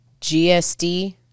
GSD